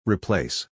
Replace